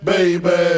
Baby